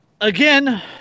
again